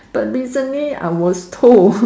but recently I was told